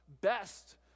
best